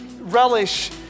relish